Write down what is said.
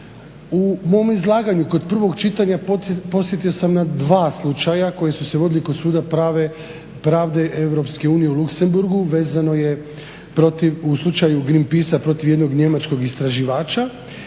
U mom izlaganju kod prvog čitanja posjetio sam na dva slučaja koje su se vodila kod Suda pravde EU u Luksemburgu vezano je u slučaju Green peace protiv jednog njemačkog istraživača,